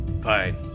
Fine